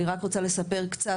אני רק רוצה לספר קצת,